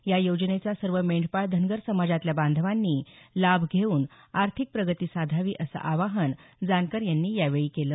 या योजनेचा सर्व मेंढपाळ धनगर समाजातल्या बांधवांनी लाभ घेऊन आर्थिक प्रगती साधावी असं आवाहन जानकर यांनी यावेळी केलं